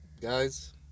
guys